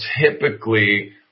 typically